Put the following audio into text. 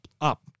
up